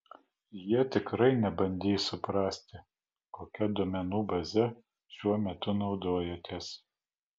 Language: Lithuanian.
jie tikrai nebandys suprasti kokia duomenų baze šiuo metu naudojatės